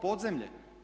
Podzemlje.